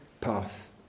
path